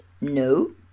no